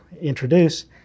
introduce